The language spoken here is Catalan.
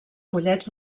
pollets